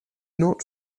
not